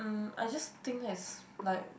I just think that it's like